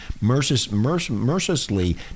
mercilessly